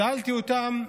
שאלתי אותם: